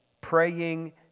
praying